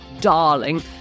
darling